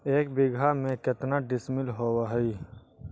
एक बीघा में केतना डिसिमिल होव हइ?